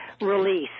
release